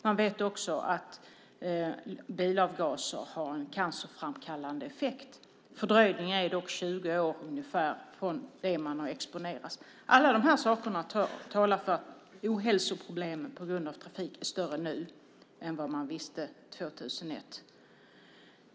Man vet också att bilavgaser har en cancerframkallande effekt. Fördröjningen är dock ungefär 20 år från det att man har exponerats. Alla de här sakerna talar för att ohälsoproblemen på grund av trafik är större nu än vad man visste 2001.